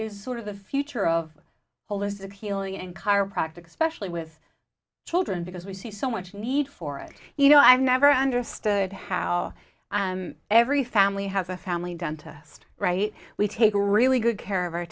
is sort of the future of holistic healing and chiropractic specially with children because we see so much need for it you know i've never understood how every family has a family done test right we take really good care of our